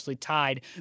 tied